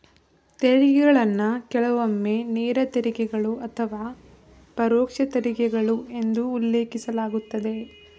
ತೆರಿಗೆಗಳನ್ನ ಕೆಲವೊಮ್ಮೆ ನೇರ ತೆರಿಗೆಗಳು ಅಥವಾ ಪರೋಕ್ಷ ತೆರಿಗೆಗಳು ಎಂದು ಉಲ್ಲೇಖಿಸಲಾಗುತ್ತದೆ